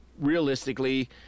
Realistically